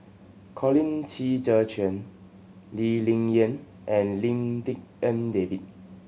Colin Qi Zhe Quan Lee Ling Yen and Lim Tik En David